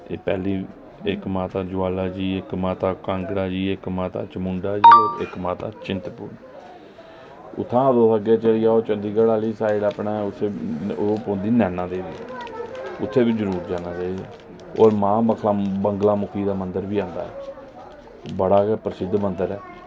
ते पैह्ली माता ज्वालाजी इक्क माता कांगड़ा जी इक्क माता चामुंडा जी ते इक्क माता चिंतपुर्णी उत्थां तुस चली जाओ तुस चंडीगढ़ आह्ली साईड अपने ओह् पौंदी नैना देवी ते उत्थें बी जरूर जाना चाहिदा एह् मां बगलामुखी दा मंदर बी आंदा बड़ा गै प्रसिद्ध मंदर ऐ